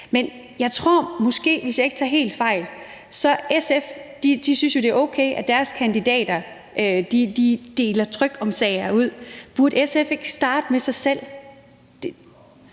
Men jeg tror måske, hvis jeg ikke tager helt fejl, at SF synes, det er okay, at deres kandidater deler tryksager ud. Burde SF ikke starte med sig selv?